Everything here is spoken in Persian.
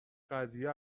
قضیه